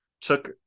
took